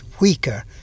weaker